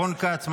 רון כץ,